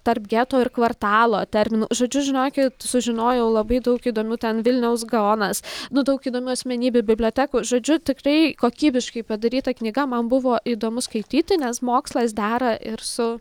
tarp geto ir kvartalo terminų žodžiu žinokit sužinojau labai daug įdomių ten vilniaus gaonas nu daug įdomių asmenybių bibliotekų žodžiu tikrai kokybiškai padaryta knyga man buvo įdomu skaityti nes mokslas dera ir su